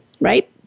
right